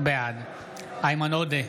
בעד איימן עודה,